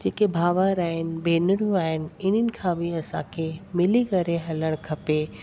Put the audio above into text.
जेके भाउर आइन भेनरूं आहिनि इन्हनि खां बि असांखे मिली करे हलणु खपे